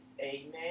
Amen